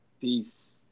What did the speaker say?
Peace